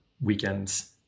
weekends